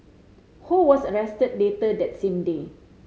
Ho was arrested later that same day